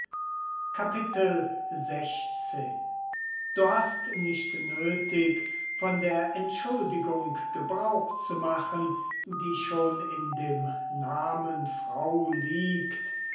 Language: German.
x du hast nicht nöthig von der entschuldigung gebrauch zu machen die in dem namen frau liegt